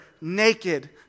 naked